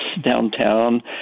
downtown